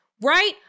right